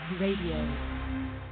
radio